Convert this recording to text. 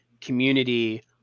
community